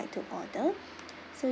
to order so you